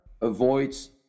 avoids